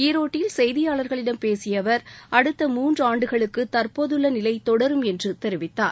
ஈரோட்டில் செய்தியாளர்களிடம் பேசிய அவர் அடுத்த மூன்றாண்டுகளுக்கு தற்போதுள்ள நிலை தொடரும் என்று தெரிவித்தார்